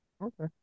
Okay